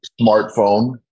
smartphone